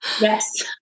Yes